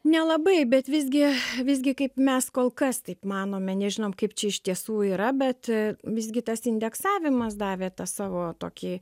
nelabai bet visgi visgi kaip mes kol kas taip manome nežinom kaip čia iš tiesų yra bet visgi tas indeksavimas davė tą savo tokį